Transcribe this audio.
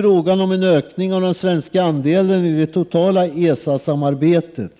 Frågan om ökning av den svenska andelen i det totala ESA-samarbetet